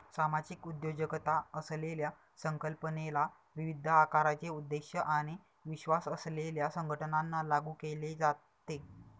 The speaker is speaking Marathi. सामाजिक उद्योजकता असलेल्या संकल्पनेला विविध आकाराचे उद्देश आणि विश्वास असलेल्या संघटनांना लागू केले जाते